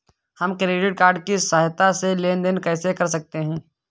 हम credit card की सहायता से लेन देन कैसे कर सकते हैं?